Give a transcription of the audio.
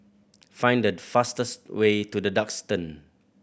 find the fastest way to The Duxton